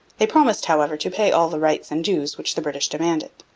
they promised, however, to pay all the rights and dues which the british demanded.